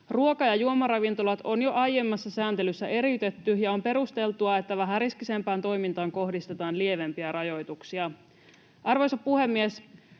Ruoka‑ ja juomaravintolat on jo aiemmassa sääntelyssä eriytetty, ja on perusteltua, että vähempiriskiseen toimintaan kohdistetaan lievempiä rajoituksia. Arvoisa puhemies!